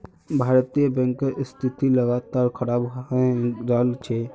भारतीय बैंकेर स्थिति लगातार खराब हये रहल छे